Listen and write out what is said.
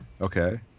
okay